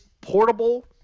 portable